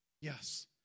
Yes